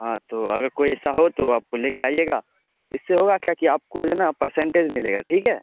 ہاں تو اگر کوئی ایسا ہو تو آپ کو لے کے آئیے گا اس سے ہوگا کیا کہ آپ کو ہے نا پرسنٹیج ملے گا ٹھیک ہے